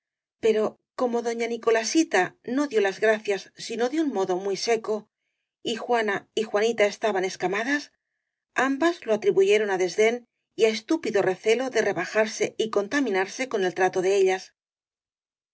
pero como doña ni colasita no dió las gracias sino de un modo muy seco y juana y juanita estaban escamadas ambas lo atribuyeron á desdén y á estúpido recelo de re bajarse y contaminarse con el trato de ellas